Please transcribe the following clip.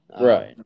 Right